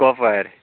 کۄپوارِ